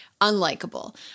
unlikable